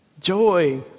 Joy